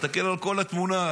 תסתכל על כל התמונה.